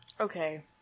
Okay